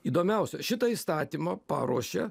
įdomiausia šitą įstatymą paruošė